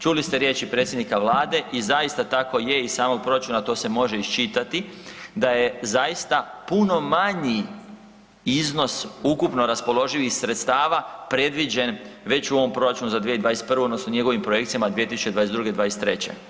Čuli ste riječi predsjednika vlade i zaista tako i je iz samog proračuna to se može iščitati da je zaista puno manji iznos ukupno raspoloživih sredstava predviđen već u ovom proračunu za 2021. odnosno njegovim projekcijama 2'22. i '23.